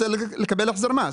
לקבל החזר מס.